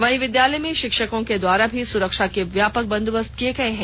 वहीं विद्यालय में शिक्षकों के द्वारा भी सुरक्षा के व्यापक बंदोबस्त किए गए हैं